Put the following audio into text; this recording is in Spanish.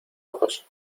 ojos